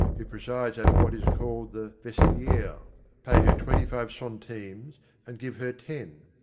who presides over what is called the vestiaire, pay her twenty-five centimes and give her ten.